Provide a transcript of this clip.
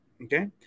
Okay